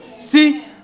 See